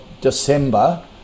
December